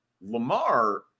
Lamar